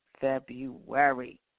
February